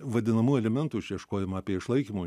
vadinamųjų alimentų išieškojimą apie išlaikymo